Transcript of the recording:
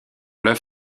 l’œuf